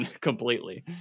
Completely